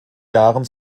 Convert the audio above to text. jahren